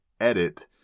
edit